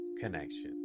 connection